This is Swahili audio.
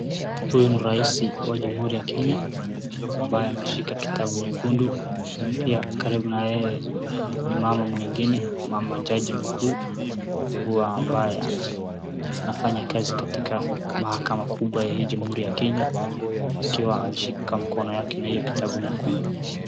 Huyu ni raisi wa jamhuri ya Kenya ambaye ameshika kitabu nyekundu ambaye karibu na yeye ni mama mwingine jaji mkuu ambaye anafanya kazi katika mahakama kubwa ya hii jamhuri ya Kenya akiwa amshika mkono yake na hiyo kitabu nyekundu.